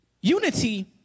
Unity